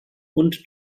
und